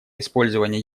использование